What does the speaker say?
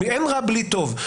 אין רע בלי טוב.